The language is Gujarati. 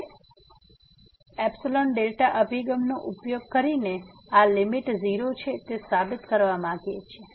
અમે ϵδ અભિગમનો ઉપયોગ કરીને આ લીમીટ 0 છે તે સાબિત કરવા માગીએ છીએ